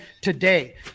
today